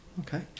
Okay